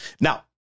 Now